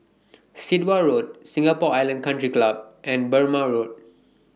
Sit Wah Road Singapore Island Country Club and Burmah Road